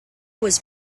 was